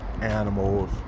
animals